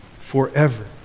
forever